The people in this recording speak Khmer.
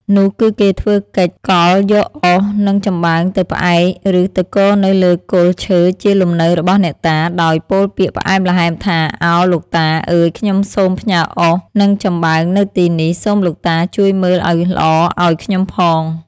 នោះគឺគេធ្វើកិច្ចកលយកអុស និង ចំបើងទៅផ្អែក ឬទៅគរនៅលើគល់ឈើជាលំនៅរបស់អ្នកតា ដោយពោលពាក្យផ្អែមល្ហែមថា ឱ! លោកតា អើយខ្ញុំសូមផ្ញើអុស និង ចំបើងនៅទីនេះ សូមលោកតា ជួយមើលឱ្យល្អឱ្យខ្ញុំផង។